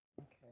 okay